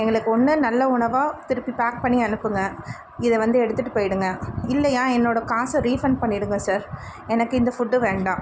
எங்களுக்கு ஒன்று நல்ல உணவாக திருப்பி பேக் பண்ணி அனுப்புங்கள் இதை வந்து எடுத்துட்டு போயிடுங்கள் இல்லையா என்னோடய காசை ரீஃபண்ட் பண்ணிடுங்கள் சார் எனக்கு இந்த ஃபுட்டு வேண்டாம்